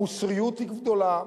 המוסריות היא גדולה,